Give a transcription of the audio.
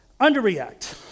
Underreact